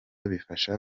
bifasha